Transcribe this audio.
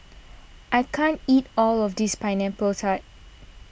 I can't eat all of this Pineapple Tart